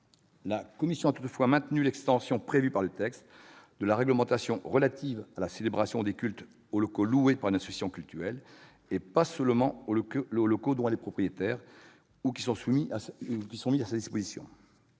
de culte. Elle a toutefois maintenu l'extension, prévue par le texte, de la réglementation relative à la célébration des cultes aux locaux loués par une association cultuelle, et pas seulement aux locaux dont cette dernière est propriétaire ou qui sont mis à sa disposition.